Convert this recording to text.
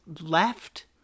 left